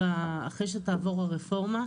אחרי שתעבור הרפורמה,